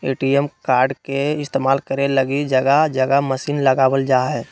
ATM card के इस्तेमाल करे लगी जगह जगह मशीन लगाबल जा हइ